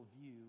view